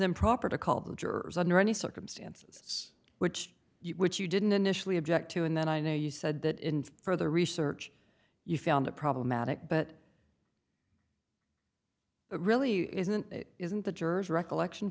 improper to call the jurors under any circumstances which you which you didn't initially object to and then i know you said that in further research you found it problematic but really isn't it isn't the jurors recollection